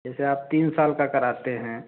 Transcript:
जैसे आप तीन साल का कराते हैं